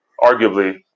Arguably